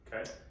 Okay